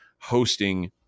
hosting